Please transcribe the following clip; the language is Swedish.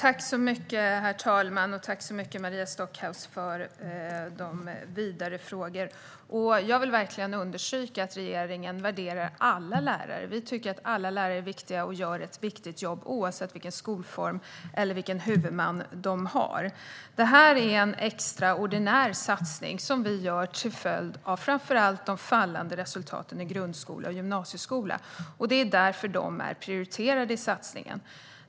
Herr talman! Tack, Maria Stockhaus, för de vidare frågorna! Jag vill verkligen understryka att regeringen värderar alla lärare. Vi tycker att alla lärare är viktiga och gör ett viktigt jobb, oavsett skolform eller huvudman. Detta är en extraordinär satsning som vi gör till följd av framför allt de fallande resultaten i grundskola och gymnasieskola. Det är därför de är prioriterade i satsningen.